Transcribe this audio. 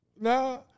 No